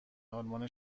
آلمان